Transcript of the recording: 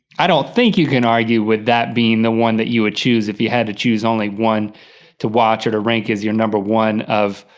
i don't think you can argue with that being the one that you would choose if you had to choose only one to watch or to rank is your number one of,